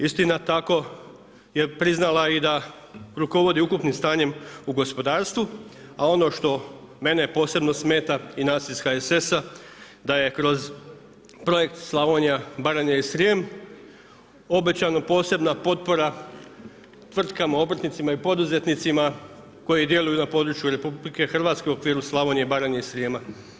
Istina tako je priznala i da rukovodi ukupnim stanjem u gospodarstvu a ono što mene posebno smeta i nas iz HSS-a da je kroz projekt Slavonija, Baranja i Srijem obećana posebna potpora tvrtkama, obrtnicima i poduzetnicima koji djeluju na području RH u okviru Slavonije, Baranje i Srijema.